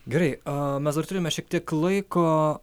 gerai mes dar turime šiek tiek laiko